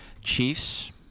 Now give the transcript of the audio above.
Chiefs